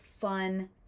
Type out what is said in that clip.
fun